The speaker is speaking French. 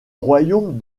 royaume